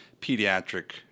pediatric